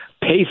Pace